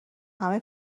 همه